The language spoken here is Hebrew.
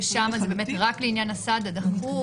ששמה זה באמת רק לעניין הסעד הדחוף,